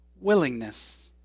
willingness